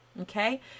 Okay